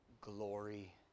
glory